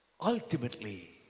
ultimately